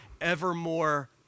evermore